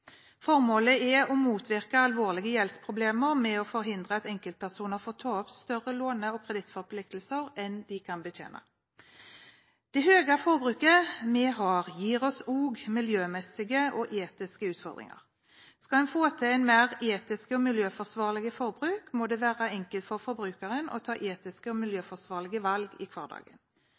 Formålet er å motvirke alvorlige gjeldsproblemer ved å forhindre at enkeltpersoner får ta opp større låne- og kredittforpliktelser enn de kan betjene. Det høye forbruket vi har, gir oss også miljømessige og etiske utfordringer. Skal en få til et mer etisk og miljøforsvarlig forbruk, må det være enkelt for forbrukeren å ta etiske og miljøforsvarlige valg i hverdagen.